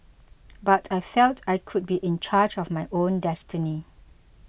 but I felt I could be in charge of my own destiny